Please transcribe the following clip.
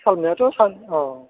खामानियाथ' सान औ